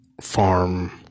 farm